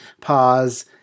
pause